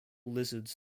lizards